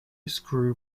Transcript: screw